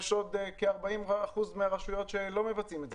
יש עוד כ-40 אחוזים מהרשויות שלא מבצעות את זה